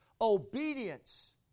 Obedience